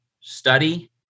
study